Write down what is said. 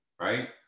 Right